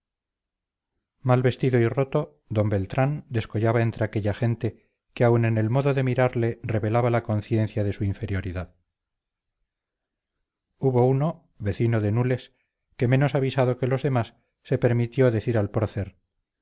mal vestido y roto d beltrán descollaba entre aquella gente que aun en el modo de mirarle revelaba la conciencia de su inferioridad hubo uno vecino de nules que menos avisado que los demás se permitió decir al prócer